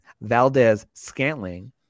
Valdez-Scantling